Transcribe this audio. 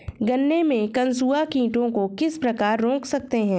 गन्ने में कंसुआ कीटों को किस प्रकार रोक सकते हैं?